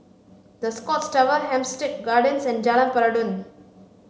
The Scotts Tower Hampstead Gardens and Jalan Peradun